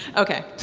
ok.